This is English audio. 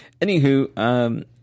Anywho